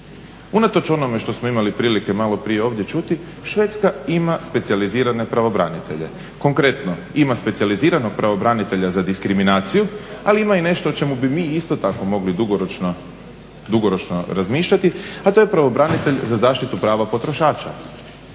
Unatoč onome što smo imali prilike malo prije ovdje čuti Švedska ima specijalizirane pravobranitelje. Konkretno ima specijaliziranog pravobranitelja za diskriminaciju, ali ima i nešto o čemu bi mi isto tako mogli dugoročno razmišljati, a to je pravobranitelj za zaštitu prava potrošača.